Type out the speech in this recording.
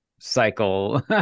cycle